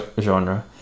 genre